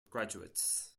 graduates